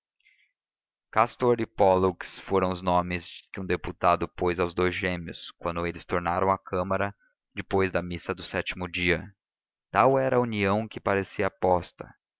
castor e pólux foram os nomes que um deputado pôs aos dous gêmeos quando eles tornaram à câmara depois da missa do sétimo dia tal era a união que parecia aposta